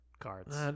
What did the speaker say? cards